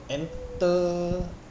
enter